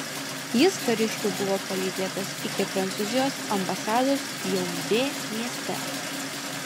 jis kariškių buvo palydėtas iki prancūzijos ambasados jaundė mieste